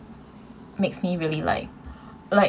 makes me really like like